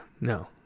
no